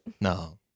No